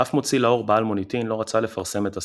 אף מוציא לאור בעל מוניטין לא רצה לפרסם את הספר,